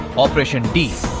operation d